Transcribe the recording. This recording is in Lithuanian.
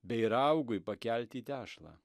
bei raugui pakelti tešlą